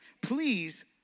please